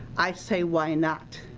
i say, why not?